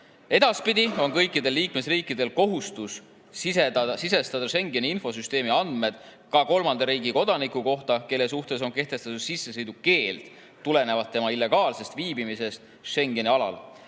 on kõikidel liikmesriikidel kohustus sisestada Schengeni infosüsteemi andmed ka kolmanda riigi kodaniku kohta, kelle suhtes on kehtestatud sissesõidukeeld tulenevalt tema illegaalsest viibimisest Schengeni alal.